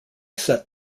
set